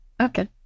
Okay